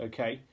Okay